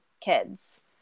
kids